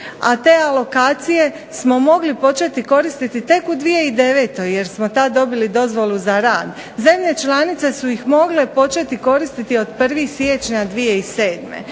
A te alokacije smo mogli početi koristiti tek u 2009. jer smo tad dobili dozvolu za rad. Zemlje članice su ih mogle početi koristiti od 1. siječnja 2007.